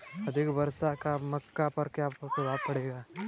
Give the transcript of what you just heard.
अधिक वर्षा का मक्का पर क्या प्रभाव पड़ेगा?